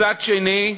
מצד שני,